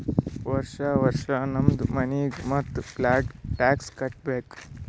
ವರ್ಷಾ ವರ್ಷಾ ನಮ್ದು ಮನಿಗ್ ಮತ್ತ ಪ್ಲಾಟ್ಗ ಟ್ಯಾಕ್ಸ್ ಕಟ್ಟಬೇಕ್